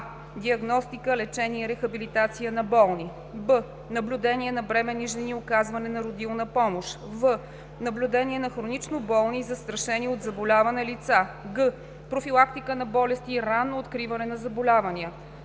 а) диагностика, лечение и рехабилитация на болни; б) наблюдение на бременни жени и оказване на родилна помощ; в) наблюдение на хронично болни и застрашени от заболяване лица; г) профилактика на болести и ранно откриване на заболявания;